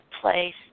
place